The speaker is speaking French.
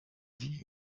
dit